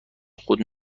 خود